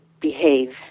behave